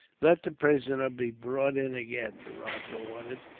let the prisoner be brought in again, the rajah ordered,